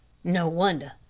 no wonder.